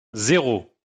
zéro